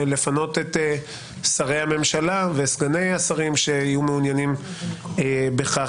לפנות את שרי הממשלה וסגני השרים שיהיו מעוניינים בכך,